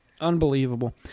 Unbelievable